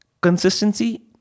consistency